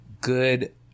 Good